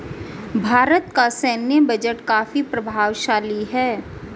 भारत का सैन्य बजट काफी प्रभावशाली है